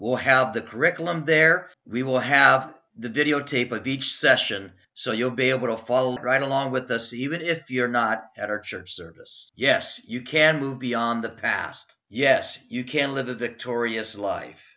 will have the curriculum there we will have the videotape of each session so you'll be able to follow right along with us even if you're not at our church service yes you can move beyond the past yes you can live a victorious life